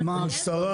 המשטרה,